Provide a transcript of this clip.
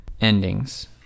endings